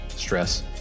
Stress